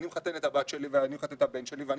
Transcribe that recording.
אני מחתן את הבת שלי או את הבן שלי ואני